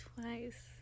twice